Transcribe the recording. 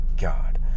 god